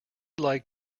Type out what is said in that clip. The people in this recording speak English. like